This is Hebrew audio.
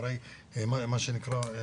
אחרי בית ספר?